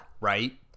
Right